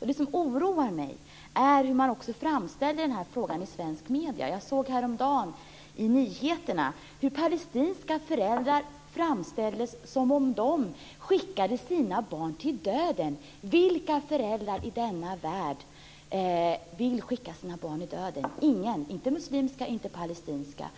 Det som oroar mig är hur man framställer denna fråga i svenska medier. Jag såg häromdagen i Nyheterna hur palestinska föräldrar framställdes som om de skickade sina barn i döden. Vilka föräldrar i denna värld vill skicka sina barn i döden? Det är inga - inte muslimska och inte palestinska.